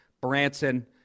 Branson